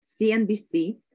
CNBC